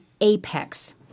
apex